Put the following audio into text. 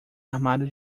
armário